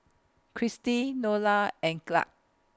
Kristi Nola and Clarke